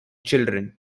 children